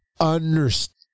understand